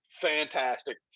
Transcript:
fantastic